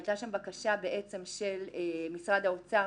עלתה שם בקשה של משרד האוצר